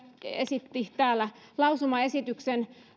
esitti täällä lausumaesityksen